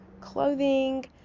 clothing